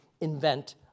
invent